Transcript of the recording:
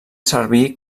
servir